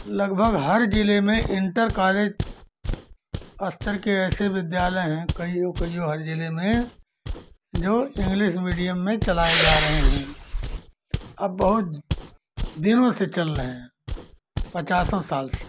लगभग हर जिले में इंटर कालेज स्तर के ऐसे विद्यालय हैं कईयों कईयों हर जिले में जो इंग्लिश मीडियम में चलाए जा रहे हैं अब बहोत दिनों से चल रहे हैं पचासों साल से